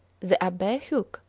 the abbe huc,